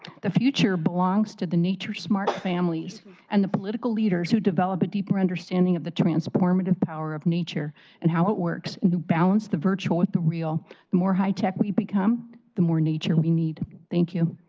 the future belongs to the nature smart families and the plitical leaders who develop a deeper understanding of the transformative power of nature and how it works, and balance the virtual with the real, the more high-tech we become the more nature we need. thank you.